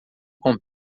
com